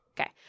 Okay